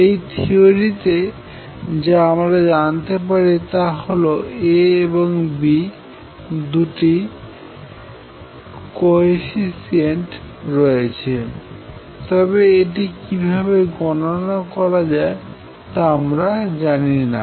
এই থিওরিতে যা আমরা জানতে পারি তা হল a এবং b দুটি কো এফিশিয়েন্ট রয়েছে তবে এটি কিভাবে গণনা করা যায় তা আমরা জানিনা